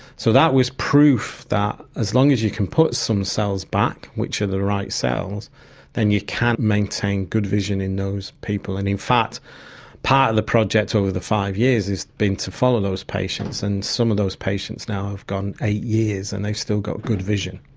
so that was proof that as long as you can put some cells back which are the right cells then you can maintain good vision in those people, and in fact part of the project over the five years has been to follow those patients, and some of those patients now have gone eight years and they've still got good vision.